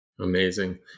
Amazing